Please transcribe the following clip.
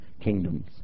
kingdoms